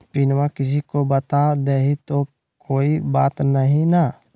पिनमा किसी को बता देई तो कोइ बात नहि ना?